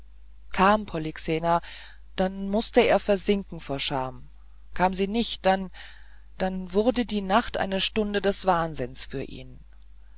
kam polyxena dann mußte er versinken vor scham kam sie nicht dann dann wurde die nacht eine stunde des wahnsinns für ihn